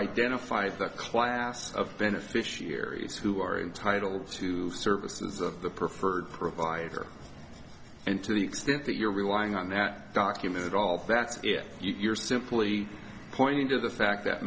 identify the class of beneficiaries who are entitled to the service of the preferred provider and to the extent that you're relying on that document at all that's it you're simply pointing to the fact that